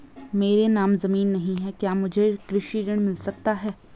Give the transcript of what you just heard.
मेरे नाम ज़मीन नहीं है क्या मुझे कृषि ऋण मिल सकता है?